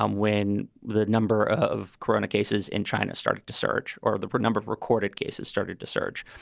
um when the number of chronic cases in china started to surge or the number of recorded cases started to surge.